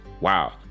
Wow